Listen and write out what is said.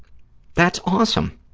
that's awesome.